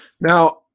Now